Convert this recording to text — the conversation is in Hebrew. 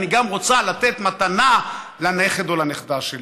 אני גם רוצה לתת מתנה לנכד או לנכדה שלי.